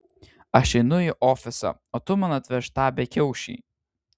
aš einu į ofisą o tu man atvežk tą bekiaušį